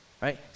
Right